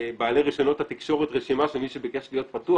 בעלי רישיונות התקשורת רשימה של מי שביקש להיות פתוח?